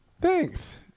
thanks